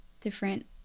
different